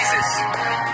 Jesus